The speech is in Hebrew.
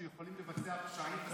שיכולים לבצע פשעים בספרייה הלאומית,